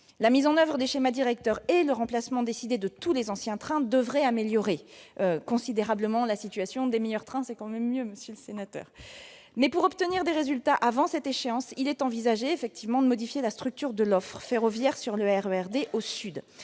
la mise en oeuvre des schémas directeurs et le remplacement décidé de tous les anciens trains devraient améliorer considérablement la situation, mais, pour obtenir des résultats avant cette échéance, il est envisagé de modifier la structure de l'offre ferroviaire sur le RER D au sud.